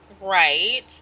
Right